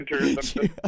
winter